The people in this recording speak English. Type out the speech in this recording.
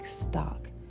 stock